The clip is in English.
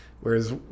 Whereas